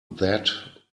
that